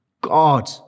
God